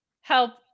help